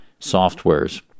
softwares